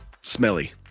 smelly